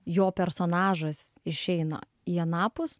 jo personažas išeina į anapus